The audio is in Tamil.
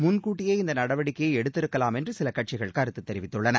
முன்கூட்டியே இந்த நடவடிக்கையை எடுத்திருக்கலாம் என்று சில கட்சிகள் கருத்து தெரிவித்துள்ளன